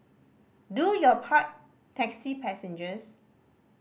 do your part taxi passengers